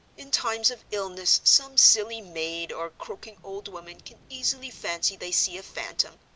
in times of illness some silly maid or croaking old woman can easily fancy they see a phantom,